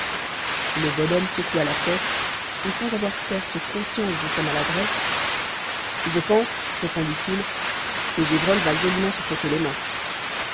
le bonhomme secoua la tête et sans avoir certes conscience de sa maladresse je pense répondit-il que gévrol va joliment se frotter les mains